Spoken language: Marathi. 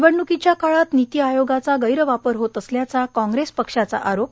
निवडण्कीच्या काळात निती आयोगाचा गैर वापर होत असल्याचा कांग्रेस पक्षाचा आरोप